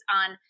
on